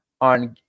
on